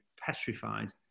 petrified